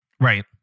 Right